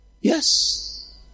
Yes